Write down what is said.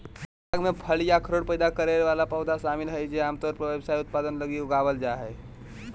बाग में फल या अखरोट पैदा करे वाला पेड़ शामिल हइ जे आमतौर पर व्यावसायिक उत्पादन लगी उगावल जा हइ